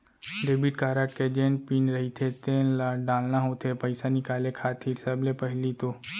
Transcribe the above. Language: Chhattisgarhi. डेबिट कारड के जेन पिन रहिथे तेन ल डालना होथे पइसा निकाले खातिर सबले पहिली तो